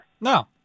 No